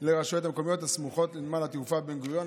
לרשויות המקומיות הסמוכות לנמל התעופה בן-גוריון),